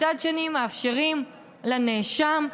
ומצד שני מאפשרים לנאשם,